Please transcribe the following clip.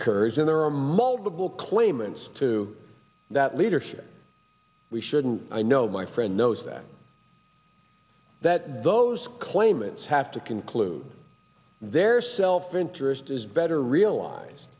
kurds in there are multiple claimants to that leadership we shouldn't i know my friend knows that that those claimants have to conclude their self interest is better real